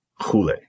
Hule